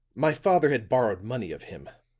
my father had borrowed money of him